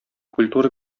культура